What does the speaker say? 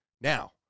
Now